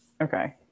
Okay